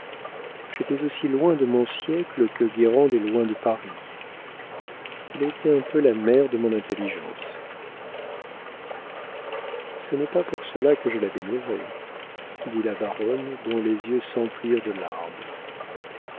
j'étais aussi loin de mon siècle que guérande est loin de paris elle a été un peu la mère de mon intelligence ce n'est pas pour cela que je la bénirai dit la baronne dont les yeux s'emplirent de larmes